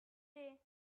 day